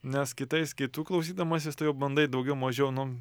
nes kitais kitų klausydamasis tu jau bandai daugiau mažiau nu